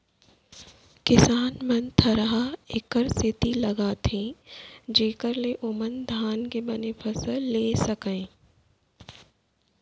किसान मन थरहा एकर सेती लगाथें जेकर ले ओमन धान के बने फसल लेय सकयँ